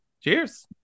Cheers